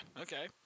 Okay